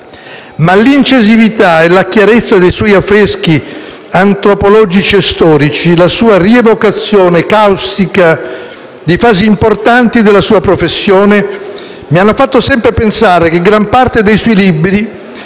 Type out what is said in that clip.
Ma l'incisività e la chiarezza dei suoi affreschi antropologici o storici, la sua rievocazione caustica di fasi importanti della sua professione mi hanno fatto sempre pensare che gran parte dei suoi libri